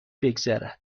بگذرد